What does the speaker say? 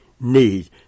need